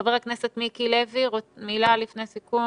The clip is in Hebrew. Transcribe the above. חבר הכנסת מיקי לוי, רוצה לומר מילה לפני סיכום?